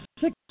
six